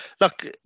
look